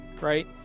right